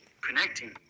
connecting